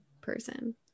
person